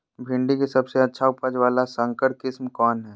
भिंडी के सबसे अच्छा उपज वाला संकर किस्म कौन है?